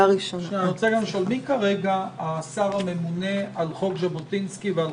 אתם שואלים לגבי האם ראש הממשלה יהיה השר הממונה או שר אחר?